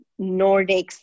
Nordics